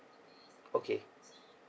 okay